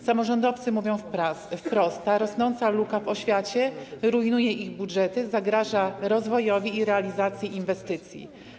Samorządowcy mówią wprost: Ta rosnąca luka w oświacie rujnuje ich budżety, zagraża rozwojowi i realizacji inwestycji.